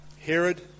Herod